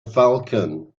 falcon